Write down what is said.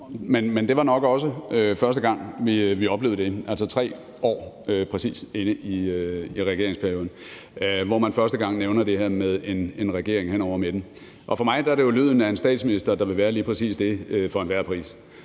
Men det var nok også første gang, vi oplevede det, altså præcis 3 år inde i regeringsperioden, hvor man første gang nævnte det her med en regering hen over midten. For mig er det jo lyden af en statsminister, der vil være lige præcis det for enhver pris,